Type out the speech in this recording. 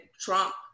Trump